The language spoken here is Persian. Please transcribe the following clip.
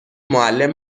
معلم